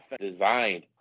designed